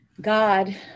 god